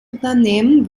unternehmen